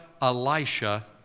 Elisha